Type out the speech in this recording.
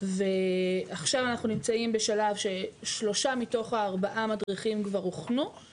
איך אנחנו נותנים עדיין מענה שיתאים לאוכלוסייה וינגיש